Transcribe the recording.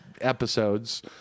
episodes